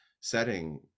setting